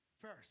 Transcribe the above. first